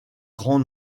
grand